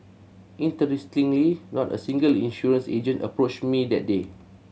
interestingly not a single insurance agent approached me that day